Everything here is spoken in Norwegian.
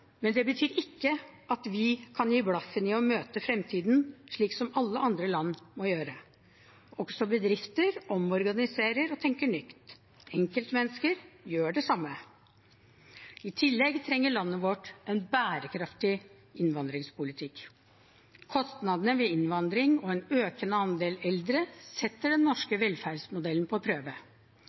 men det betyr ikke at vi kan gi blaffen i å møte fremtiden slik som alle andre land må gjøre. Også bedrifter omorganiserer og tenker nytt. Enkeltmennesker gjør det samme. I tillegg trenger landet vårt en bærekraftig innvandringspolitikk. Kostnadene ved innvandring og en økende andel eldre setter den norske velferdsmodellen på prøve.